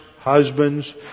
husbands